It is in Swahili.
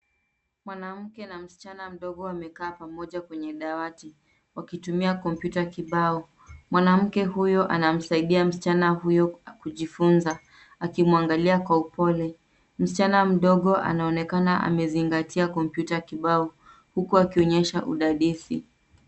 Mwanamke na msichana mdogo wamekaa pamoja kwenye dawati wakitumia kompyuta kibao. Mwanamke huyo anamsaidia msichana huyo kujifunza akimwangalia kwa upole. Msichana mdogo anaonekana amezingatia kompyuta kibao huku akionyesha udadisi.